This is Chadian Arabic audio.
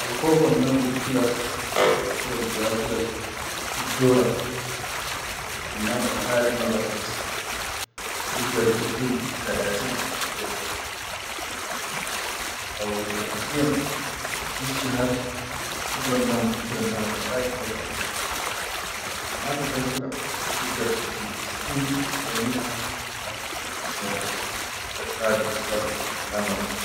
Alkofo annam buktula fil akil albiyakula fiddora annadum alaʼadi ma bakhit, bigdar biktul talateen dora fil akil haw shahriyyan fisshahar annadum alaʼadi biktula kan. Kan ma katal kula bigdar biktul tisʼin le miya alf fisshahar keda dannadum almabakhit.